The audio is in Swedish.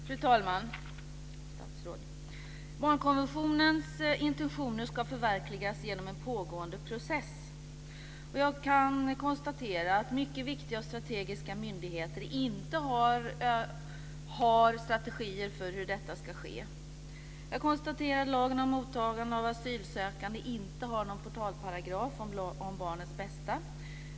Fru talman! Barnkonventionens intentioner ska förverkligas genom en pågående process. Jag konstaterar att viktiga myndigheter inte har strategier för hur detta ska ske. Jag konstaterar att lagen om mottagande av asylsökande inte har någon portalparagraf om barnens bästa.